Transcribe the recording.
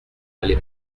allait